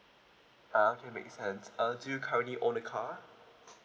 ah okay make sense uh do you currently own a car